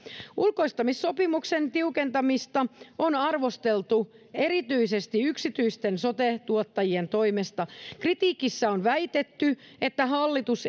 ulkoistamissopimuksen tiukentamista on arvosteltu erityisesti yksityisten sote tuottajien toimesta kritiikissä on väitetty että hallitus